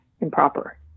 improper